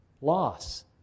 loss